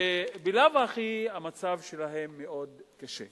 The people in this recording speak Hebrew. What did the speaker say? שבלאו הכי המצב שלהן מאוד קשה.